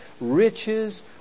riches